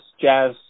jazz